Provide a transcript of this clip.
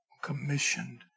commissioned